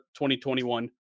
2021